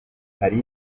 hari